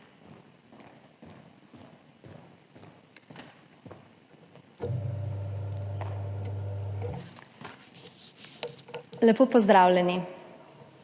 Lepo pozdravljeni!